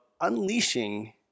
unleashing